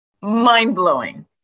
mind-blowing